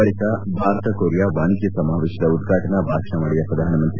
ಬಳಿಕ ಭಾರತ ಕೊರಿಯಾ ವಾಣಿಜ್ಯ ಸಮಾವೇಶದ ಉದ್ಘಾಟನಾ ಭಾಷಣ ಮಾಡಿದ ಪ್ರಧಾನಮಂತ್ರಿ